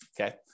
okay